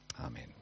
Amen